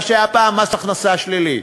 מה שהיה פעם מס הכנסה שלילי,